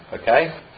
Okay